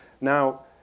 Now